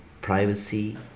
privacy